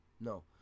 no